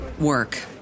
work